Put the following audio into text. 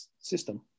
system